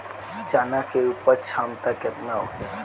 चना के उपज क्षमता केतना होखे?